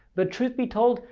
but truth be told,